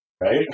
right